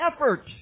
effort